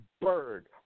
Bird